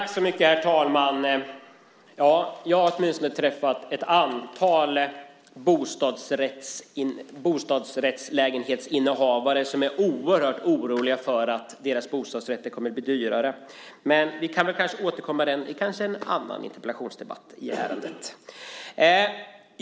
Herr talman! Jag har träffat ett antal bostadsrättsinnehavare som är oerhört oroliga för att deras bostadsrätter kommer att bli dyrare. Vi kan kanske återkomma till detta i en annan interpellationsdebatt.